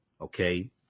Okay